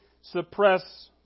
suppress